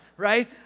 right